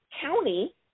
county